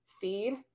feed